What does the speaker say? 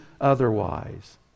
otherwise